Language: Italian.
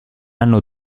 anno